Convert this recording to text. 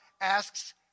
asks